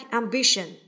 ambition